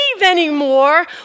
anymore